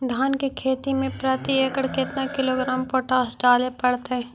धान की खेती में प्रति एकड़ केतना किलोग्राम पोटास डाले पड़तई?